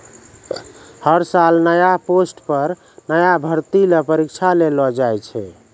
हर साल नया पोस्ट पर नया भर्ती ल परीक्षा लेलो जाय छै